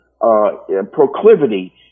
proclivity